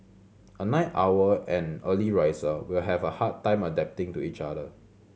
a night owl and early riser will have a hard time adapting to each other